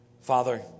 Father